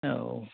औ